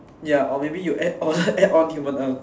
ya or maybe you add on add on human arms